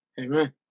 Amen